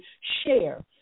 share